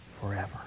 forever